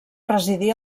residir